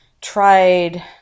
tried